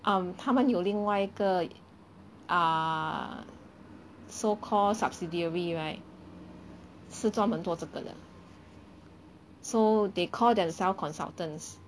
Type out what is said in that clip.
um 他们有另外一个 uh so call subsidiary right 是专门做这个的 so they call themselves consultants